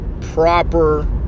proper